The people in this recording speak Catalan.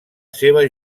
seva